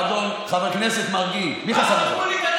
חבר הכנסת מרגי, מי חסם?